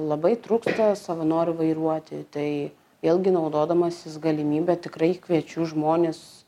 labai trūksta savanorių vairuoti tai vėlgi naudodamasis galimybe tikrai kviečiu žmones